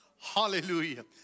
Hallelujah